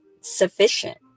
sufficient